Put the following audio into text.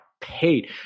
paid